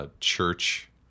Church